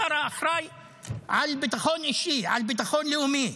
השר האחראי על ביטחון אישי ועל ביטחון לאומי.